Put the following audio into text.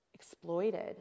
exploited